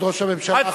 כבוד ראש הממשלה,